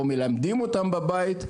או מלמדים אותם בבית,